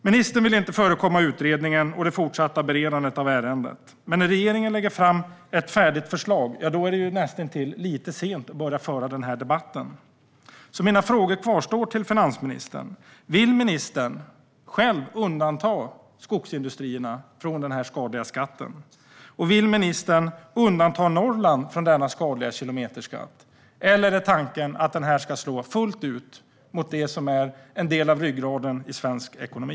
Ministern vill inte förekomma utredningen och det fortsatta beredandet av ärendet. Men när regeringen lägger fram ett färdigt förslag är det lite sent att börja föra den här debatten. Mina frågor till finansministern kvarstår. Vill ministern själv undanta skogsindustrierna från den här skadliga skatten? Och vill ministern undanta Norrland från denna skadliga kilometerskatt, eller är tanken att den ska slå fullt ut mot det som är en del av ryggraden i svensk ekonomi?